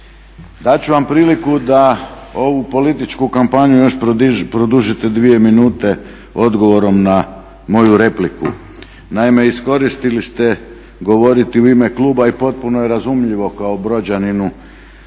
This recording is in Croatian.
ću vam priliku da ovu političku kampanju još produžite dvije minute odgovorom na moju repliku. Naime, iskoristili ste govoriti u ime kluba i potpuno je razumljivo kao Brođaninu